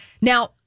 Now